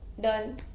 done